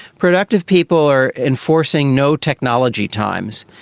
productive people are enforcing no technology times,